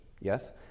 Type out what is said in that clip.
Yes